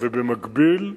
במקביל,